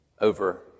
over